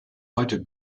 heute